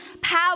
power